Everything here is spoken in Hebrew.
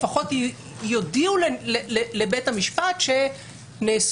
לפחות יודיעו לבית המשפט ש ---,